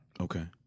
Okay